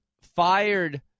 fired